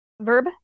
Verb